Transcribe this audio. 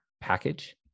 package